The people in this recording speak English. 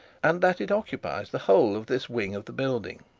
and that it occupies the whole of this wing of the building.